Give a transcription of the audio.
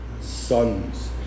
sons